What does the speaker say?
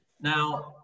Now